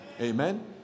Amen